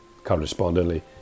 Correspondingly